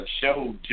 show